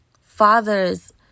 Fathers